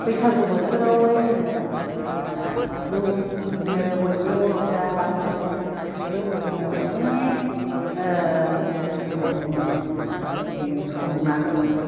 बैसागु बोथोरावहाय जोङो जौ लोङो बयबो बर'फ्रा ओमफ्राय बिदिनो जौखौ जोङो अनेख दिननिफ्रायनो बिदिनो संनानै